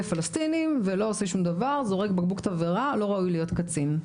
פלסטינים ולא עושה שום דבר זורק בקבוק תבערה לא ראוי להיות קצין.